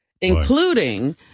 including